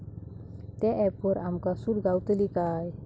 त्या ऍपवर आमका सूट गावतली काय?